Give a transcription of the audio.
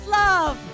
love